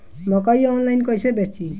मकई आनलाइन कइसे बेची?